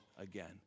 again